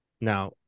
Now